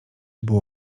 było